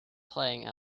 playing